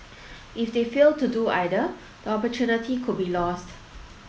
if they fail to do either the opportunity could be lost